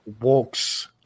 walks